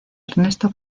ernesto